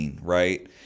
right